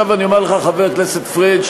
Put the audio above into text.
עכשיו אני אומר לך, חבר הכנסת פריג',